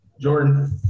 Jordan